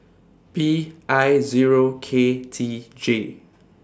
P I Zero K T J